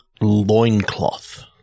Loincloth